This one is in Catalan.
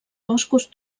boscos